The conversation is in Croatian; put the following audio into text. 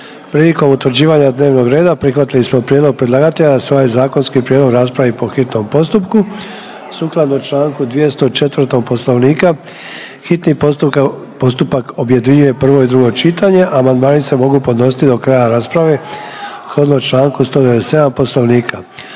Prilikom utvrđivanja dnevnog reda prihvatili smo prijedlog predlagatelja da se ovaj zakonski prijedlog raspravi po hitnom postupku. Sukladno čl. 204. Poslovnika, hitni postupak objedinjuje prvo i drugo čitanje, a amandmani se mogu podnositi do kraja rasprave sukladno čl. 197. Poslovnika.